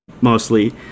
mostly